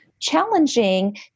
challenging